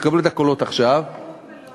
יקבלו את הקולות עכשיו, לא יקום ולא יהיה.